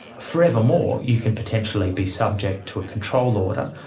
for evermore you can potentially be subject to a control order,